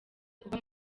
kuba